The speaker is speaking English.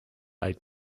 eight